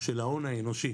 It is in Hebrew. של ההון האנושי